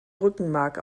rückenmark